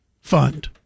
Fund